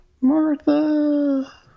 Martha